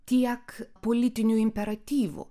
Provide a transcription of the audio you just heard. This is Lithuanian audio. tiek politiniu imperatyvu